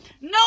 No